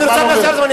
אני רוצה לנצל את הזמן,